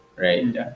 right